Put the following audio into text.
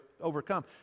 overcome